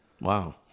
Wow